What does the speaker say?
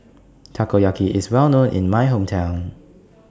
Takoyaki IS Well known in My Hometown